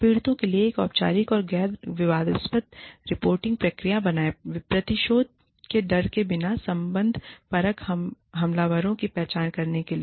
पीड़ितों के लिए एक औपचारिक गैर विवादास्पद रिपोर्टिंग प्रक्रिया बनाएँ प्रतिशोध के डर के बिना संबंधपरक हमलावरों की पहचान करने के लिए